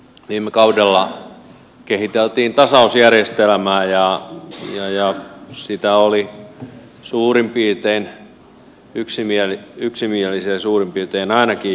viime kaudella kehiteltiin tasausjärjestelmää ja siitä oltiin suurin piirtein yksimielisiä suurin piirtein ainakin